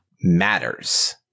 matters